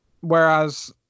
whereas